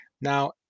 Now